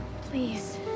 Please